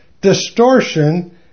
Distortion